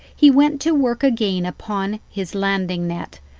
he went to work again upon his landing net,